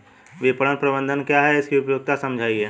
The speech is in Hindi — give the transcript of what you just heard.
विपणन प्रबंधन क्या है इसकी उपयोगिता समझाइए?